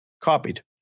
copied